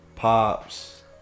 Pops